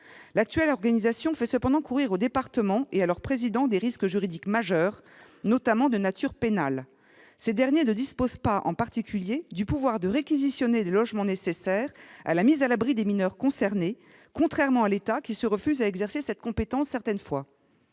L'actuelle organisation fait cependant courir aux départements et à leurs présidents des risques juridiques majeurs, notamment de nature pénale. Ces derniers ne disposent pas, en particulier, du pouvoir de réquisitionner les logements nécessaires à la mise à l'abri des mineurs concernés, contrairement à l'État, qui se refuse certaines fois